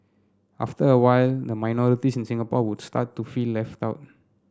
after a while the minorities in Singapore would start to feel left out